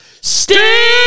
stay